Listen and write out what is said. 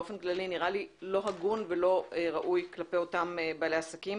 באופן כללי נראה לי לא הגון ולא ראוי כלפי אותם בעלי עסקים,